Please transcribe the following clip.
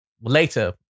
Later